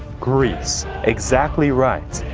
greece, exactly right.